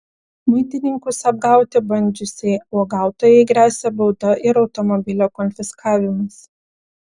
muitininkus apgauti bandžiusiai uogautojai gresia bauda ir automobilio konfiskavimas